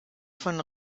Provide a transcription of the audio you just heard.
von